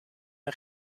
een